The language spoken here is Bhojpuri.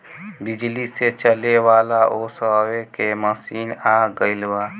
बिजली से चले वाला ओसावे के मशीन आ गइल बा